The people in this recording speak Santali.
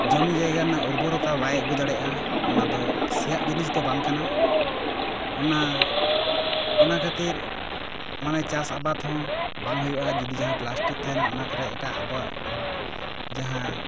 ᱡᱚᱢᱤ ᱡᱟᱭᱜᱟ ᱨᱮᱱᱟᱜ ᱩᱨᱵᱚᱨᱚᱛᱟ ᱵᱟᱭ ᱟ ᱜᱩ ᱫᱟᱲᱮᱭᱟᱜᱼᱟ ᱚᱱᱟ ᱫᱚ ᱥᱮᱭᱟᱜ ᱡᱤᱱᱤᱥ ᱫᱚ ᱵᱟᱝ ᱠᱟᱱᱟ ᱚᱱᱟ ᱚᱱᱟ ᱠᱷᱟ ᱛᱤᱨ ᱢᱟᱱᱮ ᱪᱟᱥ ᱟᱵᱟᱫᱽ ᱦᱚᱸ ᱵᱟᱝ ᱦᱩᱭᱩᱜᱼᱟ ᱡᱩᱫᱤ ᱯᱞᱟᱥᱴᱤᱠ ᱛᱟᱦᱮᱸᱱᱟ ᱚᱱᱟ ᱠᱚᱨᱮ ᱟᱵᱚᱣᱟᱜ ᱡᱟᱦᱟᱸ